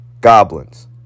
goblins